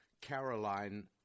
Caroline